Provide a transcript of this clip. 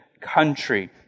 country